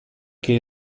che